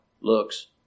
looks